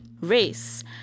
race